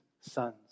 sons